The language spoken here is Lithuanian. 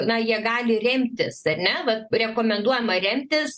na jie gali remtis ar ne vat rekomenduojama remtis